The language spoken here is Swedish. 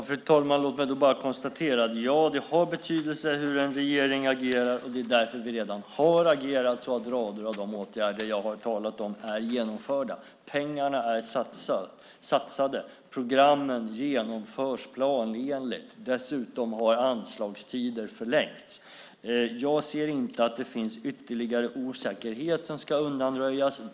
Fru talman! Låt mig konstatera att det har betydelse hur en regering agerar, och det är därför vi redan har agerat så att rader av de åtgärder jag har talat om är genomförda. Pengarna är satsade. Programmen genomförs planenligt. Dessutom har anslagstider förlängts. Jag ser inte att det finns ytterligare osäkerhet som ska undanröjas.